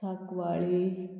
साकवाळें